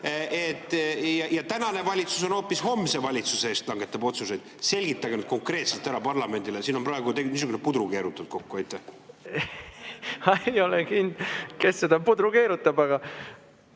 ja tänane valitsus hoopis homse valitsuse eest langetab otsuseid. Selgitage nüüd konkreetselt ära parlamendile, siin on praegu teil niisugune pudru keerutatud kokku! (Naerab.) Ma ei ole kindel, kes seda putru keerutab, aga